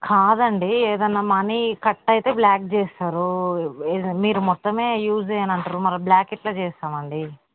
కాదండి ఏదైనా money cut అయితే బ్లాక్ చేస్తారు మీరు మొత్తమే యూజ్ చేయనంటున్నారు మరి బ్లాక్ ఎలా చేస్తామండి